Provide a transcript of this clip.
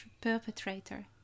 perpetrator